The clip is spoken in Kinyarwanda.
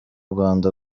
rwanda